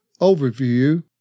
overview